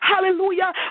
hallelujah